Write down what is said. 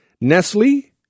Nestle